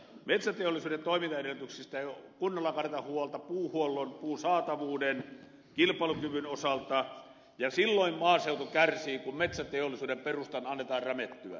metsäteollisuuden toimintaedellytyksis tä ei kunnolla kanneta huolta puuhuollon puun saatavuuden kilpailukyvyn osalta ja silloin maaseutu kärsii kun metsäteollisuuden perustan annetaan rämettyä